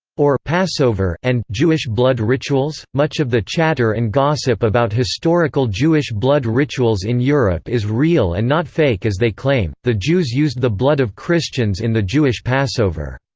or passover passover and jewish blood rituals! much of the chatter and gossip about historical jewish blood rituals in europe is real and not fake as they claim the jews used the blood of christians in the jewish passover.